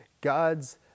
God's